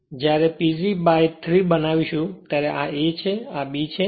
અને જ્યારે PG by 3 બનાવીશું ત્યારે આ a છે અને આ b છે